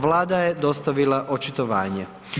Vlada je dostavila očitovanje.